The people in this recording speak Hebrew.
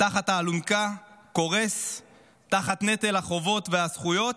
תחת האלונקה קורס תחת נטל החובות, והזכויות,